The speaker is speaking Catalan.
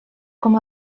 com